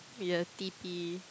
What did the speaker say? we are T_P